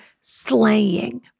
slaying